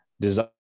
design